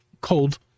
cold